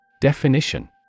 Definition